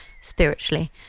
spiritually